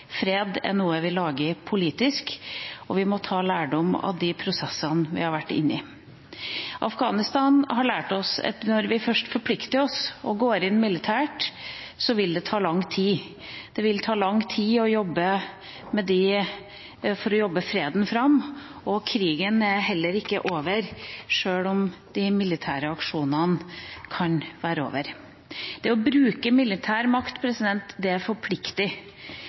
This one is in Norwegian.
fred ikke lages militært. Fred er noe vi lager politisk, og vi må ta lærdom av de prosessene vi har vært inne i. Afghanistan har lært oss at når vi først forplikter oss og går inn militært, vil det ta lang tid. Det vil ta lang tid å jobbe freden fram, og krigen er heller ikke over, sjøl om de militære aksjonene kan være over. Det å bruke militær makt forplikter. Det forplikter